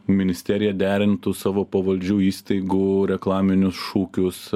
ministerija derintų savo pavaldžių įstaigų reklaminius šūkius